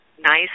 nice